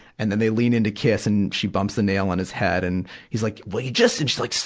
and and they lean in to kiss, and she bumps the nail on his head. and he's like, will you just and she's like,